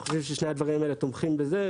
חושבים ששני הדברים האלה תומכים בזה,